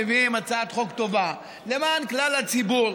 מביאים הצעת חוק טובה למען כלל הציבור,